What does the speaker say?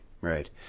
Right